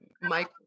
Mike